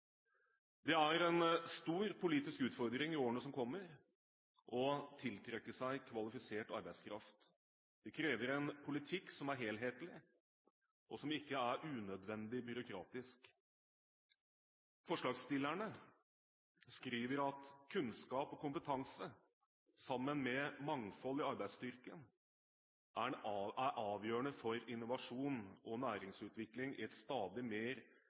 Det er en stor politisk utfordring i årene som kommer, å tiltrekke seg kvalifisert arbeidskraft. Det krever en politikk som er helhetlig, og som ikke er unødvendig byråkratisk. Forslagsstillerne skriver: «Kunnskap og kompetanse, sammen med mangfold i arbeidsstyrken, er avgjørende for innovasjon og næringsutvikling i et stadig mer